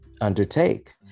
undertake